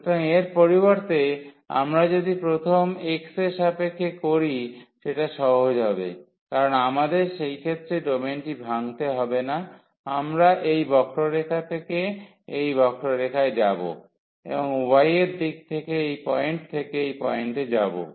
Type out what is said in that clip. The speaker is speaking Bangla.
সুতরাং এর পরিবর্তে আমরা যদি প্রথম x এর সাপেক্ষে করি সেটা সহজ হবে কারণ আমাদের সেই ক্ষেত্রে ডোমেনটি ভাঙতে হবে না আমরা এই বক্ররেখা থেকে এই বক্ররেখায় যাব এবং y এর দিক থেকে এই পয়েন্ট থেকে এই পয়েন্টে যাব